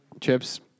chips